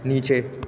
نیچے